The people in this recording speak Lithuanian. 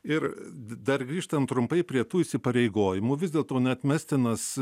ir dar grįžtant trumpai prie tų įsipareigojimų vis dėlto neatmestinas